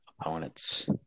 opponents